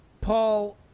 Paul